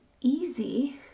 easy